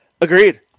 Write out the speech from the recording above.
Agreed